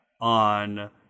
on